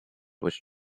which